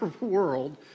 world